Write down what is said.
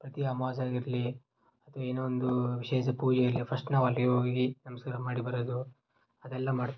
ಪ್ರತಿ ಅಮಾವಾಸೆ ಆಗಿರಲಿ ಅಥ್ವ ಏನೋ ಒಂದು ವಿಶೇಷ ಪೂಜೆ ಇರಲಿ ಫಸ್ಟ್ ನಾವು ಅಲ್ಲಿಗೆ ಹೋಗಿ ನಮಸ್ಕಾರ ಮಾಡಿ ಬರೋದು ಅದೆಲ್ಲಾ ಮಾಡ್ತೀವಿ